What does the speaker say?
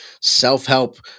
self-help